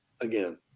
again